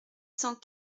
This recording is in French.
cent